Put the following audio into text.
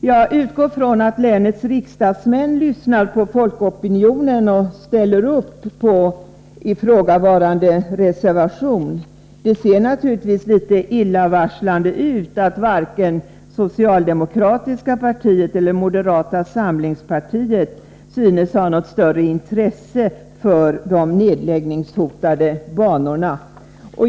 Jag utgår från att länets riksdagsmän lyssnar på folkopinionen och ställer upp för ifrågavarande reservation, även om det naturligtvis ser litet illavarslande ut att varken det socialdemokratiska partiet eller moderata samlingspartiet synes ha något större intresse för de nedläggningshotade banorna.